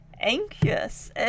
anxious